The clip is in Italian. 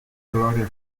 gloria